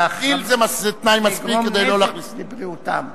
גיל זה תנאי מספיק כדי לא, תגרום נזק לבריאותם,